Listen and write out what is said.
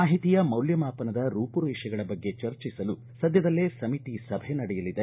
ಮಾಹಿತಿಯ ಮೌಲ್ಯಮಾಪನದ ರೂಪುರೇಷೆಗಳ ಬಗ್ಗೆ ಚರ್ಚಿಸಲು ಸದ್ದದಲ್ಲೇ ಸಮಿತಿ ಸಭೆ ನಡೆಯಲಿದೆ